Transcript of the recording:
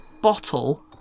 bottle